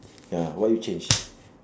ya what you change